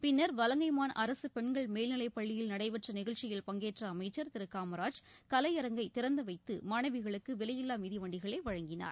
பின்னர் வலங்கைமான் அரசு பெண்கள் மேல்நிலைப்பள்ளியில் நடைபெற்ற நிகழ்ச்சியில் பங்கேற்ற அமைச்சர் திரு காமராஜ் கலையரங்கை திறந்துவைத்து மானவிகளுக்கு விலையில்லா மிதிவண்டிகளை வழங்கினார்